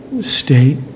state